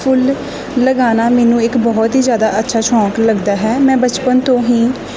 ਫੁੱਲ ਲਗਾਉਣਾ ਮੈਨੂੰ ਇੱਕ ਬਹੁਤ ਹੀ ਜ਼ਿਆਦਾ ਅੱਛਾ ਸ਼ੌਂਕ ਲੱਗਦਾ ਹੈ ਮੈਂ ਬਚਪਨ ਤੋਂ ਹੀ